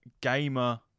gamer